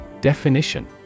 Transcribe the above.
Definition